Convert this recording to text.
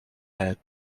head